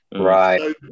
Right